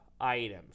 items